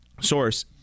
source